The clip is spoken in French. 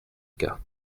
cas